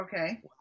Okay